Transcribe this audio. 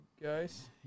Guys